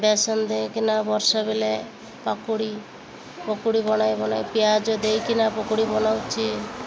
ବେସନ ଦେଇ କିନା ବର୍ଷା ବେଳେ ପକୁଡ଼ି ପକୁଡ଼ି ବନାଇ ବନାଇ ପିଆଜ ଦେଇ କିନା ପକୁଡ଼ି ବନାଉଛିି